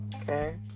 okay